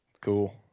Cool